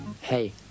Hey